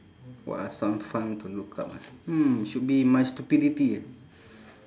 what are some fun to look up ah hmm should be my stupidity